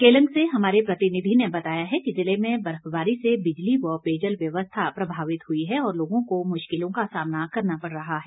केलंग से हमारे प्रतिनिधि ने बताया है कि जिले में बर्फबारी से बिजली व पेयजल व्यवस्था प्रभावित हुई है और लोगों को मुश्किलों का सामना करना पड़ रहा है